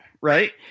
Right